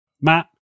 Matt